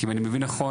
כי אם אני מבין נכון,